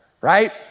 right